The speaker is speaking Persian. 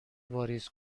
واریز